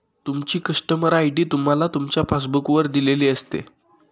तुमची customer ID तुम्हाला तुमच्या पासबुक वर दिलेली असते